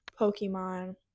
Pokemon